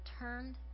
turned